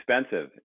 expensive